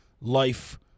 life